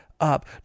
up